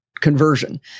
conversion